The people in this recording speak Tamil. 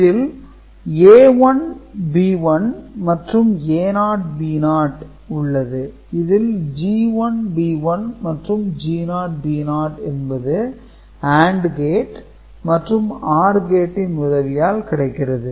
இதில் A1 B1 மற்றும் A0 B0 உள்ளது இதில் G1 P1 மற்றும் G0 P0 என்பது AND கேட் மற்றும் OR கேட்டின் உதவியால் கிடைக்கிறது